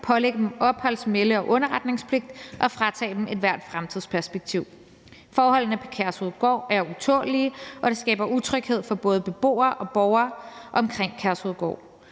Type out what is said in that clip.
pålægge dem opholds-, melde- og underretningspligt og fratage dem ethvert fremtidsperspektiv. Forholdene på Udrejsecenter Kærshovedgård er utålelige, og det skaber utryghed for både beboerne og borgerne omkring Udrejsecenter